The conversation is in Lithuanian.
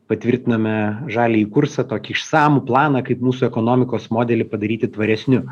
patvirtinome žaliąjį kursą tokį išsamų planą kaip mūsų ekonomikos modelį padaryti tvaresniu